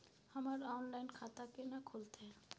हमर ऑनलाइन खाता केना खुलते?